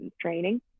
training